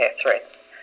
threats